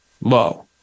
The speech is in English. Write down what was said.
low